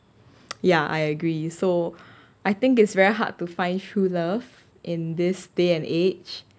ya I agree so I think it's very hard to find true love in this day and age